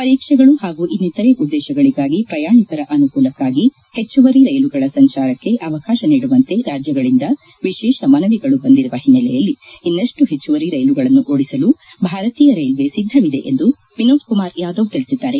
ಪರೀಕ್ಷೆಗಳು ಹಾಗೂ ಇನ್ನಿತರೆ ಉದ್ದೇಶಗಳಿಗಾಗಿ ಪ್ರಯಾಣಿಕರ ಅನುಕೂಲಕ್ಕಾಗಿ ಹೆಚ್ಚುವರಿ ರೈಲುಗಳ ಸಂಚಾರಕ್ಕೆ ಅವಕಾಶ ನೀಡುವಂತೆ ರಾಜ್ಯಗಳಿಂದ ವಿಶೇಷ ಮನವಿಗಳು ಬಂದಿರುವ ಹಿನ್ನೆಲೆಯಲ್ಲಿ ಇನ್ನಷ್ಟು ಹೆಚ್ಚುವರಿ ರೈಲುಗಳನ್ನು ಓದಿಸಲು ಭಾರತೀಯ ರೈಲ್ವೆ ಸಿದ್ದವಿದೆ ಎಂದು ವಿನೋದ್ ಕುಮಾರ್ ಯಾದವ್ ತಿಳಿಸಿದ್ದಾರೆ